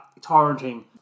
torrenting